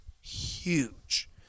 huge